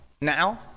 Now